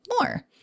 more